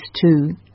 two